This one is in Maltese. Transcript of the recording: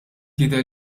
jidher